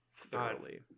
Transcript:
Thoroughly